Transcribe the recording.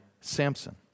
Samson